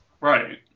right